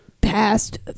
past